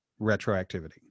retroactivity